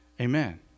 Amen